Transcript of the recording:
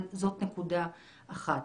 זאת נקודה אחת.